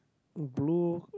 blue